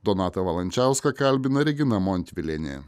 donatą valančiauską kalbina regina montvilienė